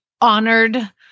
honored